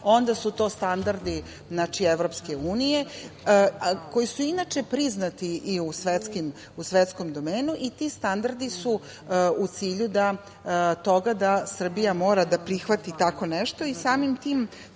onda su to standardi EU, koji su inače priznati i u svetskom domenu i ti standardi su u cilju toga da Srbija mora da prihvati tako nešto i samim tim